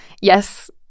Yes